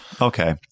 Okay